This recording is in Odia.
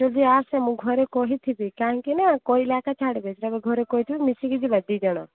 ଯଦି ଆସେ ମୁଁ ଘରେ କହିଥିବି କାହିଁକିନା କହିଲେ ଏକା ଛାଡ଼ିବେ ଯେବେ ଘରେ କହିଥିବି ମିଶିକି ଯିବା ଦୁଇ ଜଣ